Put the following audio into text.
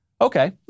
Okay